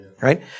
Right